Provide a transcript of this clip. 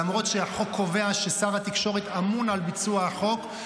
למרות שהחוק קובע ששר התקשורת אמון על ביצוע החוק,